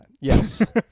Yes